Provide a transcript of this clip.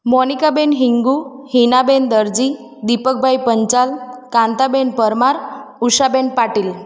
મોનિકાબેન હિંગુ હિનાબેન દરજી દીપકભાઈ પંચાલ કાંતાબેન પરમાર ઉષાબેન પાટીલ